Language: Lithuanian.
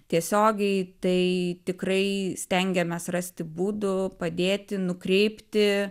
tiesiogiai tai tikrai stengiamės rasti būdų padėti nukreipti